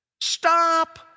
Stop